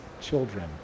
children